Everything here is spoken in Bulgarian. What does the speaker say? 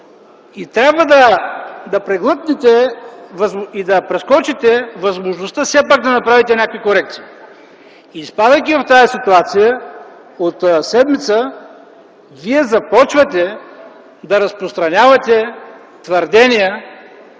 и трябва да преглътнете, и да прескочите възможността все пак да направите някакви корекции. Изпадайки в тази ситуация от седмица вие започвате да разпространявате твърдения,